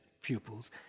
pupils